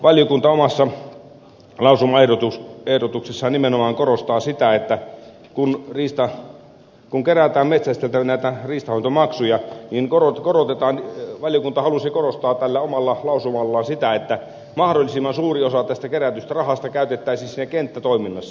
valiokunta omassa lausumaehdotuksessaan nimenomaan halusi korostaa sitä että kun kerätään metsästäjiltä riistanhoitomaksuja niin korut korotetaan vain halusi korostaa tällä omalla lausumallaan siitä että mahdollisimman suuri osa tästä kerätystä rahasta käytettäisiin kenttätoiminnassa